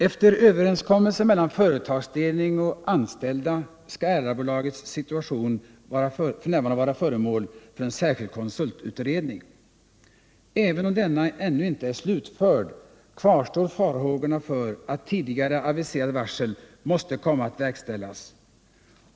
Efter överenskommelse mellan företagsledning och anställda skall Erlabolagets situation f. n. bli föremål för en särskild konsultutredning. Även om denna ännu inte är slutförd kvarstår farhågorna för att tidigare aviserat varsel måste komma att verkställas.